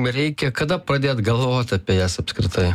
reikia kada pradėt galvot apie jas apskritai